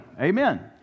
amen